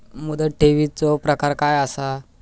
मुदत ठेवीचो प्रकार काय असा?